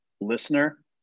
listener